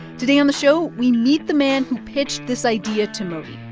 today on the show, we meet the man who pitched this idea to modi.